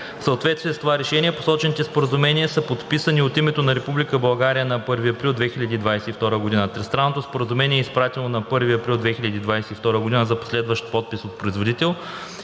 съответствие с това решение посочените споразумения са подписани от името на Република България на 1 април 2022 г. Тристранното споразумение е изпратено на 1 април 2022 г. за последващ подпис от производител,